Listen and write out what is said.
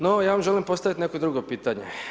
No, ja vam želim postaviti neko drugo pitanje.